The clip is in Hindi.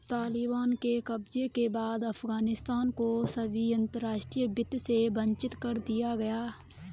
तालिबान के कब्जे के बाद अफगानिस्तान को सभी अंतरराष्ट्रीय वित्त से वंचित कर दिया गया